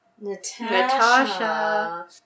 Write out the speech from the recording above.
Natasha